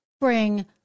bring